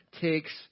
takes